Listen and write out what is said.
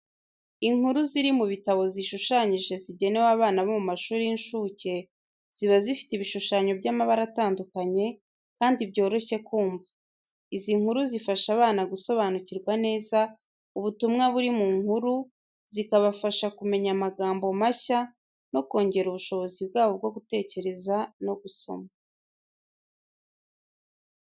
Inkuru ziri mu bitabo zishushanyije zigenewe abana bo mu mashuri y'incuke, ziba zifite ibishushanyo by'amabara atandukanye, kandi byoroshye kubyumva. Izi nkuru zifasha abana gusobanukirwa neza ubutumwa buri mu nkuru, zikabafasha kumenya amagambo mashya no kongera ubushobozi bwabo bwo gutekereza no gusoma.